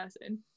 person